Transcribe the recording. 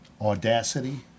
Audacity